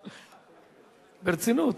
ברצינות.